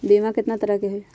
बीमा केतना तरह के होइ?